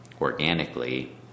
organically